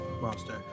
monster